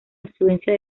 influencia